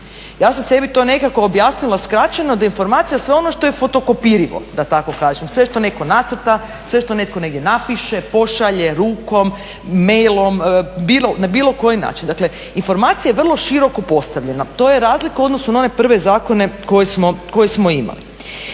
Ja sam sebi to nekako objasnila skraćeno da je informacija sve ono što je fotokopirivo da tako kažem. Sve što netko nacrta, sve što netko negdje napiše, pošalje rukom, mailom na bilo koji način. Dakle, informacija je vrlo široko postavljena. To je razlika u odnosu na one prve zakone koje smo imali.